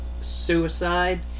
suicide